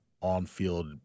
on-field